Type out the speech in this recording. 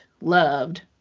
loved